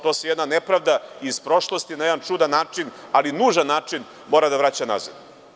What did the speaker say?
To se jedna nepravda iz prošlosti na jedan čudan način, ali nužan način mora da vraća nazad.